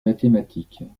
mathématiques